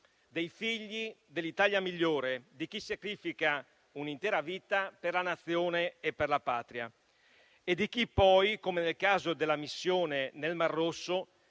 dei figli dell'Italia migliore, di chi sacrifica un'intera vita per la Nazione e per la Patria e di chi poi, come nel caso della missione nel Mar Rosso,